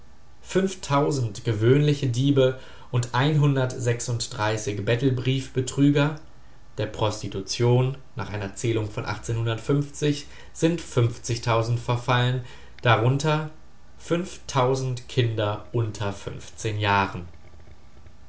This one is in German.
gewöhnliche diebe und gebet brief betrüger der prostitution nach einer zählung von sind verfallen darunter kinder unter jahren